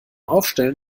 aufstellen